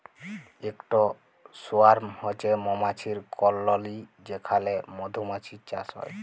ইকট সোয়ার্ম হছে মমাছির কললি যেখালে মধুমাছির চাষ হ্যয়